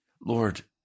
Lord